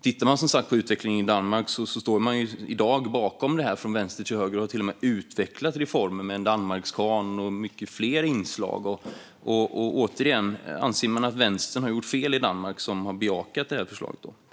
Tittar vi som sagt på utvecklingen i Danmark kan vi konstatera att man där står bakom detta från vänster till höger och till och med har utvecklat reformen med en Danmarkskanon och många fler inslag. Återigen: Anser ni att vänstern i Danmark har gjort fel som har bejakat det här förslaget?